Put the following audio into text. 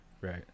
Right